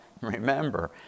remember